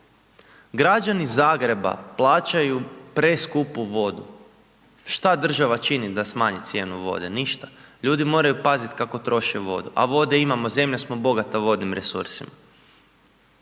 Građani Zagreba plaćaju preskupu vodu, šta država čini da smanji cijenu vode? Ništa, ljudi moraju paziti kako troše vodu, a vode imamo, zemlja smo bogata vodnim resursima.